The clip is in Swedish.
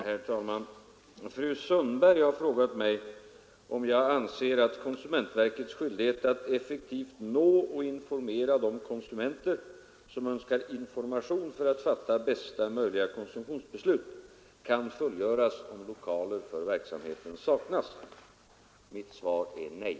Herr talman! Fru Sundberg har frågat mig, om jag anser att konsumentverkets skyldighet att effektivt nå och informera de konsumenter, som önskar information för att fatta bästa möjliga konsumtionsbeslut, kan fullgöras om lokaler för verksamheten saknas. Mitt svar är nej.